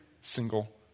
single